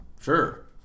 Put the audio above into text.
Sure